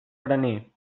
graner